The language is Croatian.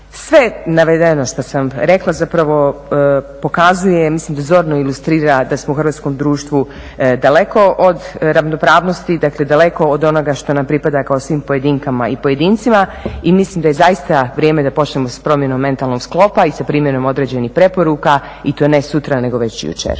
Sve navedeno što sam rekla zapravo pokazuje mislim da zorno ilustrira da smo u hrvatskom društvu daleko od ravnopravnosti, dakle od onoga što nam pripada kao svim pojedinkama i pojedincima i mislim da je zaista vrijeme da počnemo mentalnog sklopa i sa primjenom određenih preporuka i to ne sutra nego već jučer.